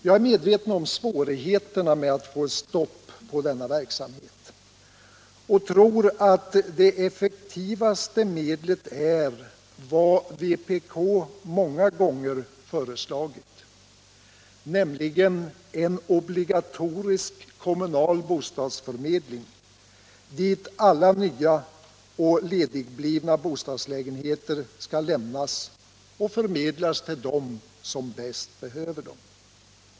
Jag är medveten om svårigheterna att få stopp på denna verksamhet och tror att det effektivaste medlet är det som vpk många gånger har föreslagit, nämligen en obligatorisk kommunal bostadsförmedling dit alla nya och ledigblivna bostadslägenheter skall lämnas för att sedan förmedlas till de personer som bäst behöver dem.